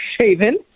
shaven